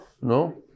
No